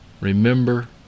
Remember